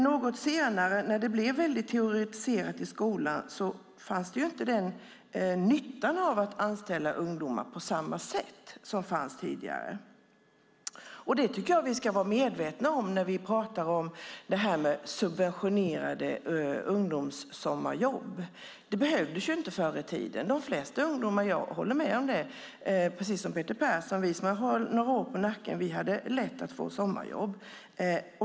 Något senare, när det blev teoretiserat i skolan, fanns inte den nyttan av att anställa ungdomar på samma sätt som tidigare. Det ska vi vara medvetna om när vi pratar om subventionerade ungdomssommarjobb. De behövdes inte förr i tiden. Jag håller med Peter Persson om att vi som har några år på nacken hade lätt att få sommarjobb.